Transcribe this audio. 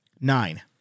nine